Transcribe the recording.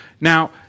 Now